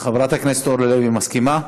חברת הכנסת אורלי לוי, מסכימה?